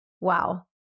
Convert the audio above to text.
Wow